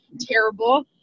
terrible